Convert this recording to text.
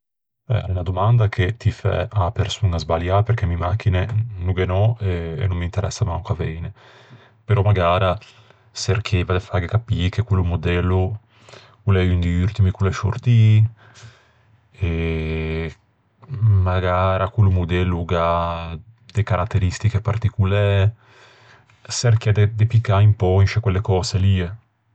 Eh, a l'é unna domanda che ti fæ a-a persoña sbaliâ, perché mi machine no ghe n'ò e no m'interessa manco aveine. Però magara çerchieiva de fâghe capî che quello modello o l'é un di urtimi ch'o l'é sciortii, magara quello modello o gh'à de caratteristiche particolæ. Çerchiæ de-de piccâ un pö in sce quelle cöse lie.